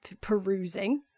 perusing